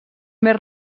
més